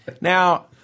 Now